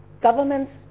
Governments